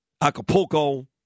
Acapulco